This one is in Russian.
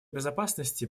безопасности